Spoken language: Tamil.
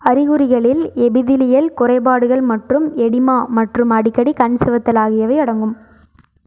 அறிகுறிகளில் எபிதிலியல் குறைபாடுகள் மற்றும் எடிமா மற்றும் அடிக்கடி கண் சிவத்தல் ஆகியவை அடங்கும்